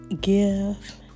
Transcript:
give